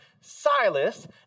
Silas